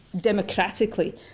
democratically